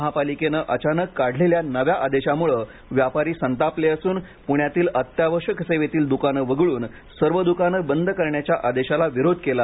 महापालिकेने अचानक काढलेल्या नव्या आदेशामुळे व्यापारी संतापले असून पुण्यातील अत्यावश्यक सेवेतील दुकाने वगळून सर्व दुकाने बंद करण्याच्या आदेशाला विरोध केला